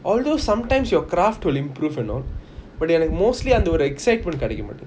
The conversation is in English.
although sometimes your craft will improve and all but என்னக்கு:ennaku mostly என்னக்கு அந்த:ennaku antha excitement கிடைக்கிது:kedaikithu